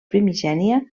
primigènia